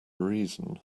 reason